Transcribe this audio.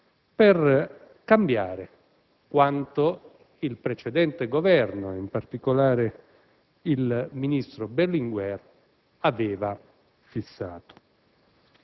per cambiare quanto il precedente Governo, e in particolare il ministro Berlinguer, aveva fissato.